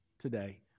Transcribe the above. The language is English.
today